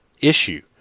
issue